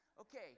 Okay